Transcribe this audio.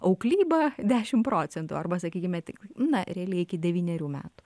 auklyba dešim procentų arba sakykime tik na realiai iki devynerių metų